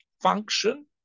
function